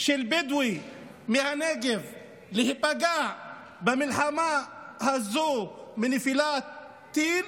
של בדואי מהנגב להיפגע במלחמה הזאת מנפילת טיל